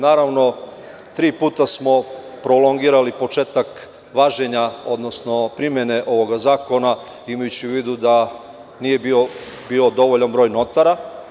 Naravno, tri puta smo prolongirali početak važenja, odnosno primene ovog zakona, imajući u vidu da nije bio dovoljan broj notara.